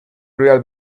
real